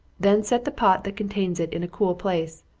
then set the pot that contains it in a cool place.